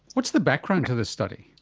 what's the background to this study?